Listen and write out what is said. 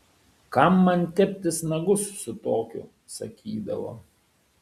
kam man teptis nagus su tokiu sakydavo